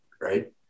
right